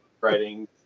Writing